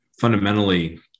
fundamentally